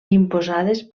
imposades